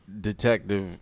Detective